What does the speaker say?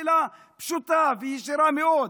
שאלה פשוטה וישירה מאוד.